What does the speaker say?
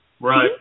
Right